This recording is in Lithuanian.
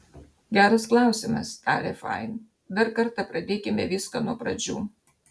geras klausimas tarė fain dar kartą pradėkime viską nuo pradžių